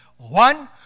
One